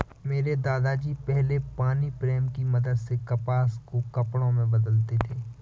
मेरे दादा जी पहले पानी प्रेम की मदद से कपास को कपड़े में बदलते थे